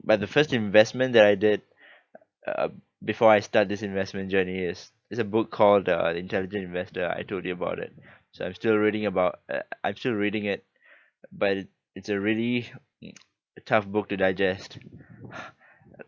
but the first investment that I did uh before I start this investment journey is is a book called uh the intelligent investor I told you about it so I'm still reading about uh I'm still reading it but it it's a really tough book to digest